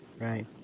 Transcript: Right